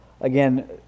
Again